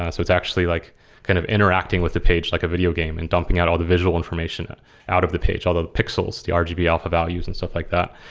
ah so it's actually like kind of interacting with the page like a videogame and dumping out all the visual information out of the page, all the pixels, the rgb yeah alpha values and stuff like that.